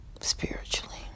spiritually